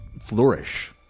flourish